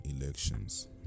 elections